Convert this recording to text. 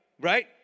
Right